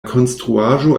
konstruaĵo